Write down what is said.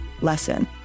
lesson